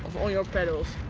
on your pedals,